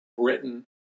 Britain